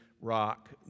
rock